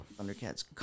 Thundercat's